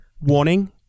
Warning